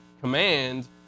command